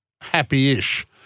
happy-ish